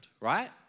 right